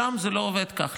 שם זה לא עובד כך.